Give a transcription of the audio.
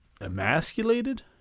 emasculated